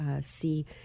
see